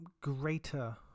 greater